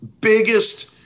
biggest